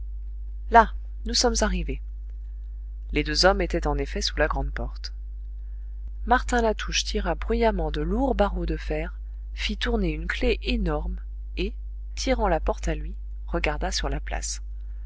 là nous sommes arrivés les deux hommes étaient en effet sous la grande porte martin latouche tira bruyamment de lourds barreaux de fer fit tourner une clef énorme et tirant la porte à lui regarda sur la place